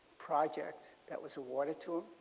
project that was awarded to